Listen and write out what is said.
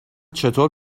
چطور